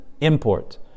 import